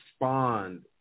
respond